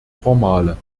formale